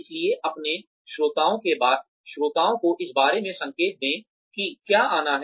इसलिए अपने श्रोताओं को इस बारे में संकेत दें कि क्या आना है